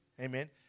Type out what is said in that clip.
amen